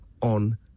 on